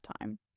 time